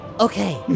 Okay